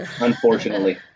unfortunately